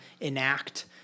enact